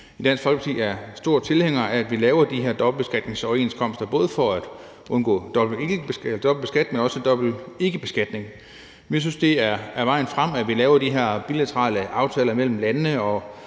Dansk Folkeparti er store tilhængere af, at man laver de her dobbeltbeskatningsoverenskomster, både for at undgå dobbeltbeskatning, men også dobbeltikkebeskatning. Vi synes, det er vejen frem, at man laver de her bilaterale aftaler mellem landene,